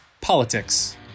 politics